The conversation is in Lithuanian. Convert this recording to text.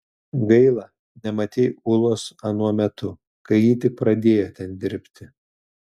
gaila nematei ulos anuo metu kai ji tik pradėjo ten dirbti